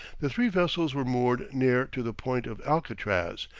the three vessels were moored near to the point of alcatraz,